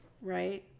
right